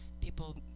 people